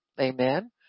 Amen